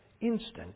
instant